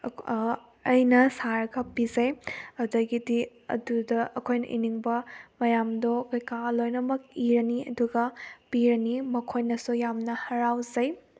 ꯑꯩꯅ ꯁꯥꯔꯒ ꯄꯤꯖꯩ ꯑꯗꯨꯗꯒꯤꯗꯤ ꯑꯗꯨꯗ ꯑꯩꯈꯣꯏꯅ ꯏꯅꯤꯡꯕ ꯃꯌꯥꯝꯗꯣ ꯀꯩ ꯀꯥ ꯂꯣꯏꯅꯃꯛ ꯏꯔꯅꯤ ꯑꯗꯨꯒ ꯄꯤꯔꯅꯤ ꯃꯈꯣꯏꯅꯁꯨ ꯌꯥꯝꯅ ꯍꯔꯥꯎꯖꯩ